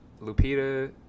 Lupita